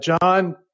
John